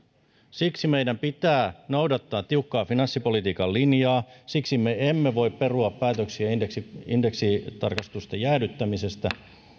siksi meidän pitää noudattaa tiukkaa finanssipolitiikan linjaa siksi me emme voi perua päätöksiä indeksitarkistusten jäädyttämisestä kun